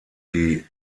die